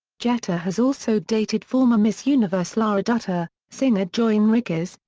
jeter has also dated former miss universe lara dutta, singer joy enriquez,